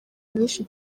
nyinshi